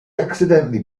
accidentally